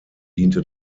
diente